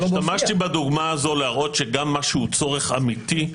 השתמשתי בדוגמה הזאת כדי להראות שגם מה שהוא צורך אמיתי,